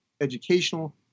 educational